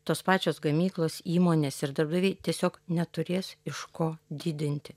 tos pačios gamyklos įmonės ir darbdaviai tiesiog neturės iš ko didinti